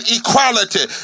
equality